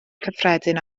cyffredin